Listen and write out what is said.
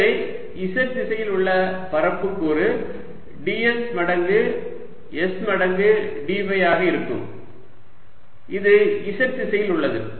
எனவே z திசையில் உள்ள பரப்பு கூறு ds மடங்கு s மடங்கு d ஃபை ஆக இருக்கும் இது z திசையில் உள்ளது